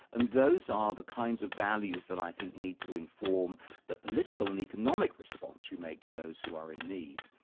and those are the kinds of values that i think need to inform the political and the economic response we make to those who are in need.